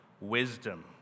wisdom